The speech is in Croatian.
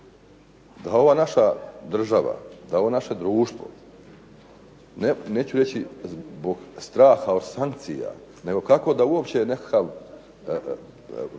da ova naša država, da ovo naše društvo, neću reći zbog straha od sankcija, nego kako da uopće postignemo